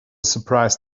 surprise